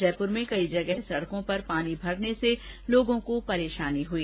जयपुर में कई जगह सड़कों पर पानी भरने से लोगों को परेशानी हुई